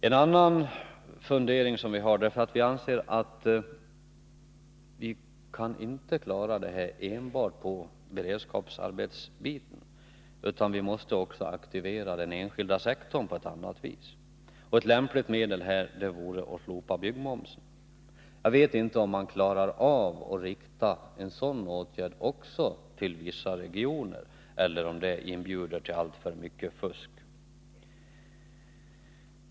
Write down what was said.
En annan fundering som vi har, därför att vi anser att vi inte kan klara det här enbart genom beredskapsarbeten, är att man också måste aktivera den enskilda sektorn på ett annat sätt än som nu sker. Ett lämpligt medel här vore att slopa byggmomsen. Jag vet inte om man klarar av att rikta även en sådan åtgärd till vissa regioner eller om det inbjuder till alltför mycket fusk.